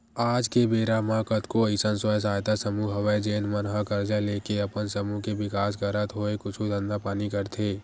आज के बेरा म कतको अइसन स्व सहायता समूह हवय जेन मन ह करजा लेके अपन समूह के बिकास करत होय कुछु धंधा पानी करथे